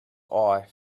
eye